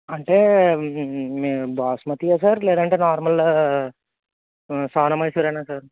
అంటే మీ మీరు బాస్మతియా సార్ లేదంటే నార్మల్ సోనా మైసూర్ ఏనా సార్